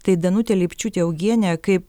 tai danutė lipčiūtė augienė kaip